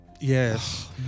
Yes